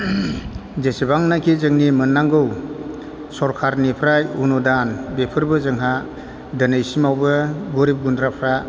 जेसेबांनाखि जोंनि मोननांगौ सरखारनिफ्राय उनुदान बेफोरबो जोंहा दिनैसिमावबो गोरिब गुन्द्राफ्रा